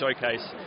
showcase